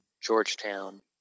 Georgetown